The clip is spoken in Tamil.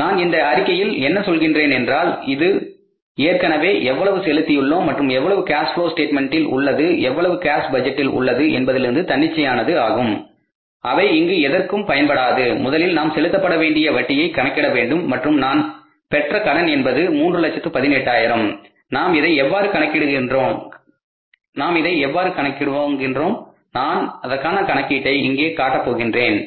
நான் இந்த அறிக்கையில் என்ன சொல்கிறேன் என்றால் இது நாம் ஏற்கனவே எவ்வளவு செலுத்தியுள்ளோம் மற்றும் எவ்வளவு கேஸ் புளோ ஸ்டேட்மென்டில் உள்ளது எவ்வளவு கேஸ் பட்ஜெட்டில் உள்ளது என்பதிலிருந்து தன்னிச்சையானது ஆகும் அவை இங்கு எதற்கும் பயன்படாது முதலில் நாம் செலுத்தப்பட வேண்டிய வட்டியை கணக்கிட வேண்டும் மற்றும் நான் பெற்ற கடன் என்பது 318000 நாம் இதை எவ்வாறு கணக்கிடுவோம் நான் அதற்கான கணக்கீட்டை இங்கே காட்டப் போகின்றேன்